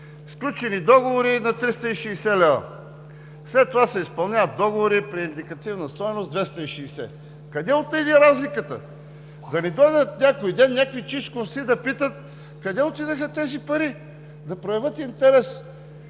сключени договори на 360 лева. След това се изпълняват договори при индикативна стойност 260 лв. Къде отиде разликата? Да не дойдат някой ден някакви чичковци да питат къде отидоха тези пари, да проявят интерес?